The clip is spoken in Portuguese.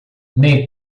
nem